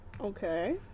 okay